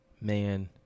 man